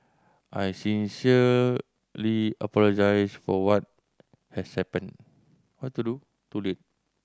I sincerely apologise for what has happened